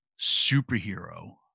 superhero